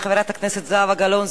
תודה רבה לחברת הכנסת זהבה גלאון.